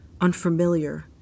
unfamiliar